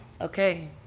Okay